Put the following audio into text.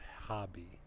hobby